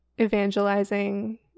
evangelizing